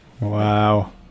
Wow